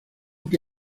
que